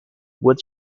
would